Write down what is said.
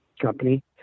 company